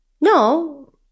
No